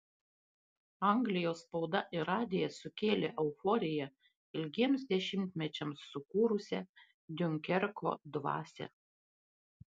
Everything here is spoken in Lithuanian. anglijos spauda ir radijas sukėlė euforiją ilgiems dešimtmečiams sukūrusią diunkerko dvasią